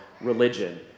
religion